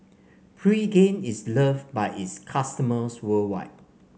Pregain is love by its customers worldwide